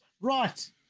Right